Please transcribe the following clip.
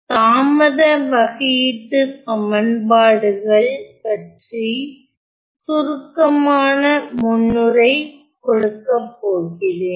தாமத வகையீட்டுச் சமன்பாடுகள் பற்றி சுருக்கமான முன்னுரை கொடுக்கப் போகிறேன்